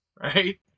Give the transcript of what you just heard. Right